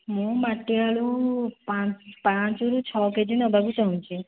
ମୁଁ ମାଟିଆଳୁ ପାଞ୍ଚ ପାଞ୍ଚରୁ ଛଅ କେ ଜି ନେବାକୁ ଚାହୁଁଛି